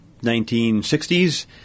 1960s